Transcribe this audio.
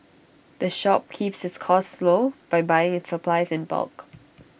the shop keeps its costs low by buying its supplies in bulk